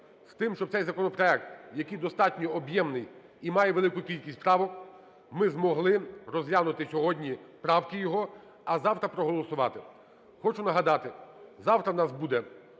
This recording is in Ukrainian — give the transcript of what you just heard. з тим, щоб цей законопроект, який достатньо об'ємний і має велику кількість правок, ми змогли розглянути сьогодні правки його, а завтра проголосувати. Хочу нагадати, завтра у нас буде